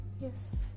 Yes